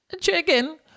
chicken